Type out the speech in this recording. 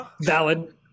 valid